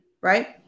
right